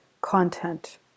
content